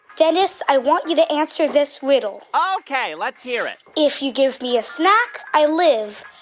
dennis, i want you to answer this riddle ok. let's hear it if you give me a snack, i live.